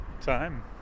time